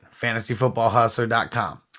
fantasyfootballhustler.com